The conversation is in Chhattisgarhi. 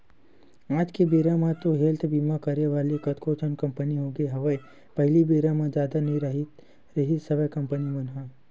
आज के बेरा म तो हेल्थ बीमा करे वाले कतको ठन कंपनी होगे हवय पहिली बेरा म जादा नई राहत रिहिस हवय कंपनी मन ह